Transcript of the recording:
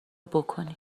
بکنی